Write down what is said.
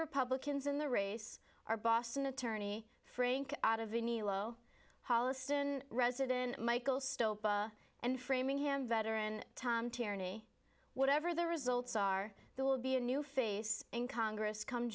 republicans in the race are boston attorney frank out of the low holliston resident michael stone and framing him veteran tom tierney whatever the results are there will be a new face in congress come